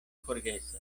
forgesas